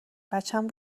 بچم